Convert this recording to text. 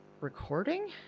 recording